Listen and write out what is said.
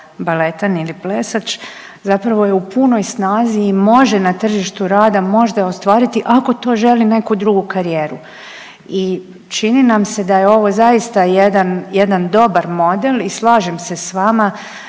baletan ili plesač zapravo je u punoj snazi i može na tržištu rada možda ostvariti ako to želi neki drugu karijeru. I čini nam se da je ovo zaista jedan, jedan dobar model i slažem se s vama